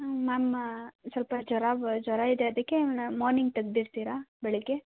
ಹಾಂ ಮ್ಯಾಮ್ ಸ್ವಲ್ಪ ಜ್ವರ ಬ ಜ್ವರ ಇದೆ ಅದಕ್ಕೆ ನಾ ಮಾರ್ನಿಂಗ್ ತೆಗ್ದಿರ್ತೀರ ಬೆಳಿಗ್ಗೆ